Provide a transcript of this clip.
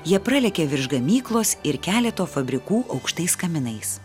jie pralėkė virš gamyklos ir keleto fabrikų aukštais kaminais